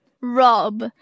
Rob